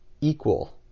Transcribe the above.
equal